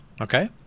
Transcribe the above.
okay